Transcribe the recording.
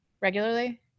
regularly